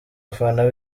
abana